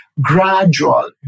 gradual